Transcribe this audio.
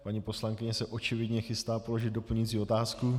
Paní poslankyně se očividně chystá položit doplňující otázku.